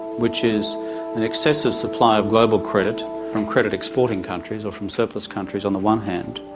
which is an excessive supply of global credit from credit exporting countries or from surplus countries on the one hand,